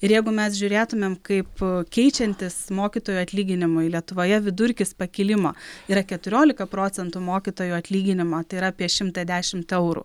ir jeigu mes žiūrėtumėm kaip keičiantis mokytojų atlyginimui lietuvoje vidurkis pakilimo yra keturiolika procentų mokytojų atlyginimo tai yra apie šimtą dešimt eurų